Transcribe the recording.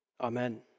Amen